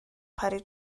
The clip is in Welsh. parry